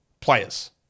players